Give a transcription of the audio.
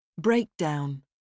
Breakdown